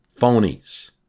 phonies